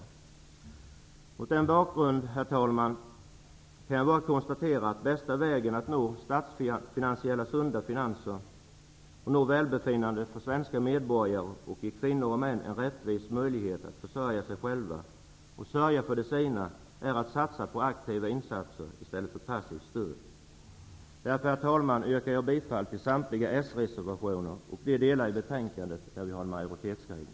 Mot denna bakgrund, herr talman, kan jag bara konstatera att den bästa vägen till sunda statsfinanser och till att nå välbefinnande för svenska medborgare, liksom att ge kvinnor och män en rättvis möjlighet att försörja sig själva och att sörja för de sina är att satsa på aktiva insatser i stället för passivt stöd. Därför, herr talman, yrkar jag bifall till samtliga socialdemokratiska reservationer och de delar i betänkandet där vi har en majoritetsskrivning.